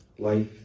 Life